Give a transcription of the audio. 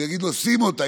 הוא יגיד לו: שים אותה.